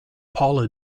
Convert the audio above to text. paula